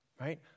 right